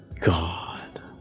God